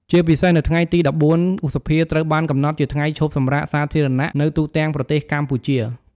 ជាពិសេស នៅថ្ងៃទី ១៤ ឧសភា ត្រូវបានកំណត់ជា ថ្ងៃឈប់សម្រាកសាធារណៈនៅទូទាំងប្រទេសកម្ពុជា។